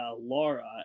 Laura